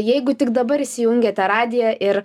jeigu tik dabar įsijungiate radiją ir